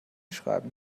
schreiben